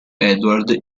edward